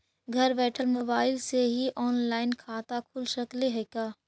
घर बैठल मोबाईल से ही औनलाइन खाता खुल सकले हे का?